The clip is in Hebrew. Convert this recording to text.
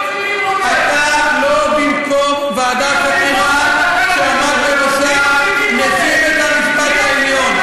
אתה לא במקום ועדת חקירה שעמד בראשה נשיא בית-המשפט העליון.